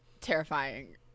Terrifying